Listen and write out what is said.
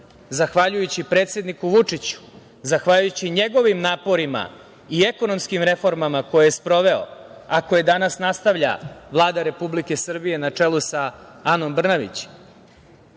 zahvaljujući predsedniku Vučiću, zahvaljujući njegovim naporima i ekonomskim reformama koje je sproveo, a koje danas nastavlja Vlada Republike Srbije na čelu sa Anom Brnabić